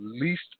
least